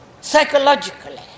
psychologically